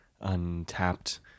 untapped